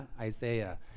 Isaiah